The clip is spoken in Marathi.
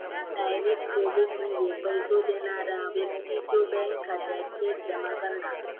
डायरेक्ट क्रेडिट म्हणजे पैसो देणारा व्यक्तीच्यो बँक खात्यात थेट जमा करणा